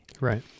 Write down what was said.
Right